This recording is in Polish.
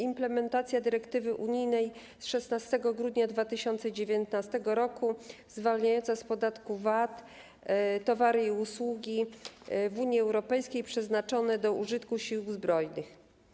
Implementacja dyrektywy unijnej z 16 grudnia 2019 r. zwalniająca z podatku VAT towary i usługi w Unii Europejskiej przeznaczone do użytku sił zbrojnych.